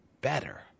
better